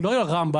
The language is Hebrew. מדברים על רמב"ם,